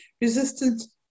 resistance